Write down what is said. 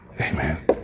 Amen